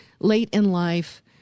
late-in-life